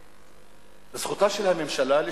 זכותה של הממשלה לשלוט,